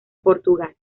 portugal